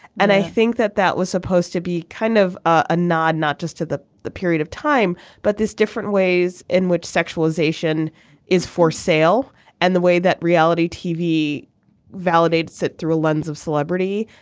and i think that that was supposed to be kind of a nod not just to the the period of time but this different ways in which sexualization is for sale and the way that reality tv validates it through a lens of celebrity.